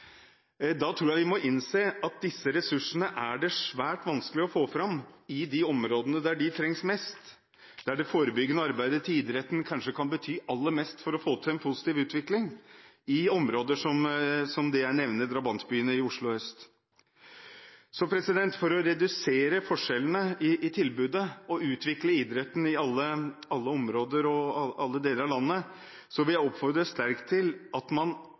Da tror jeg vi må innse at disse ressursene er det svært vanskelig å få fram i de områdene hvor de trengs mest, der det forebyggende arbeidet til idretten kanskje kan bety aller mest for å få til en positiv utvikling – i områder som jeg nevner, drabantbyene i Oslo Øst. For å redusere forskjellene i tilbudet og utvikle idretten i alle områder og i alle deler av landet, oppfordrer jeg sterkt til at man